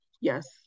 yes